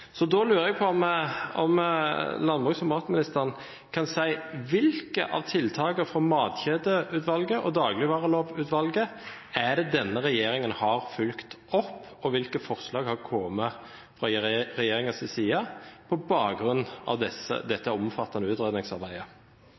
Så da lurer jeg på om landbruks- og matministeren kan si: Hvilke av tiltakene fra Matkjedeutvalget og Dagligvarelovutvalget har denne regjeringen fulgt opp, og hvilke forslag har kommet fra regjeringens side på bakgrunn av dette omfattende utredningsarbeidet?